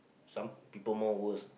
some people more worse